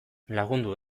lagundu